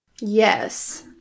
yes